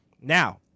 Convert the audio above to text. now